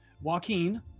Joaquin